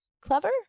clever